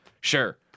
sure